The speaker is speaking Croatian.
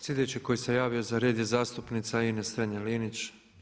Sljedeći koji se javio za red je zastupnica Ines Strenja-Linić.